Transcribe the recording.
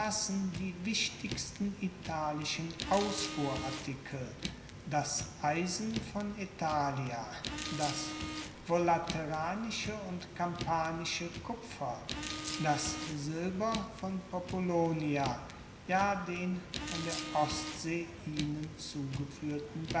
die wichtigsten italischen ausfuhrartikel das eisen von aethalia das volaterranische und kampanische kupfer das silber von populonia ja den von der ostsee ihnen zugefuehrten